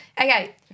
Okay